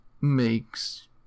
makes